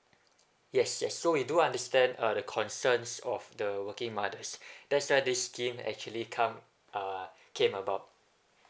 yes yes so we do understand uh the concerns of the working mothers that's why this scheme actually come uh came about